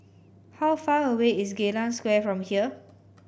how far away is Geylang Square from here